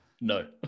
No